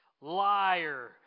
liar